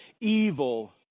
evil